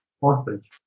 Hostage